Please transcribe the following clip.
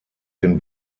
den